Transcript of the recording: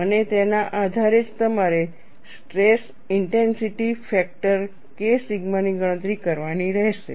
અને તેના આધારે જ તમારે stress intensity factor K sigma ની ગણતરી કરવાની રહેશે